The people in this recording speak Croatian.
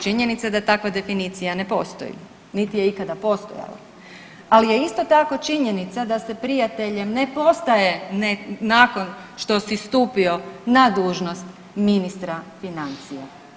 Činjenica je da takva definicija ne postoji, niti je ikada postojala, ali je isto tako činjenica da se prijateljem ne postaje nakon što si stupio na dužnost ministra financija.